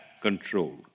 control